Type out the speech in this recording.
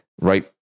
right